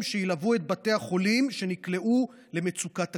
שילוו את בתי החולים שנקלעו למצוקה תקציבית.